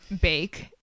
bake